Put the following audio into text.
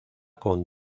con